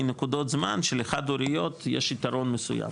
נקודות זמן שלחד הוריות יש יתרון מסוים